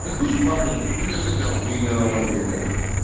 ah who's buying it? who doesn't know we know what you're doing?